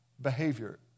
behavior